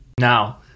Now